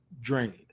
drained